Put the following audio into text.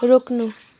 रोक्नु